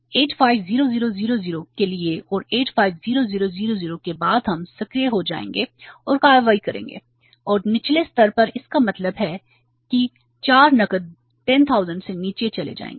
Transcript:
850000 के लिए और 850000 के बाद हम सक्रिय हो जाएंगे और कार्रवाई करेंगे और निचले स्तर पर इसका मतलब है कि 4 नकद 10000 से नीचे चले जाएंगे